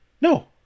no